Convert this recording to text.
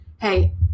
hey